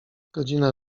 godzina